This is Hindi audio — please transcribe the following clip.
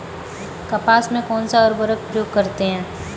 कपास में कौनसा उर्वरक प्रयोग करते हैं?